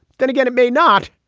then again, it may not.